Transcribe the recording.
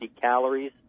calories